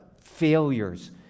failures